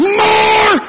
more